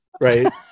Right